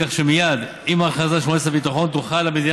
כך שמייד עם ההכרזה של מועצת הביטחון תוכל המדינה